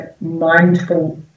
mindful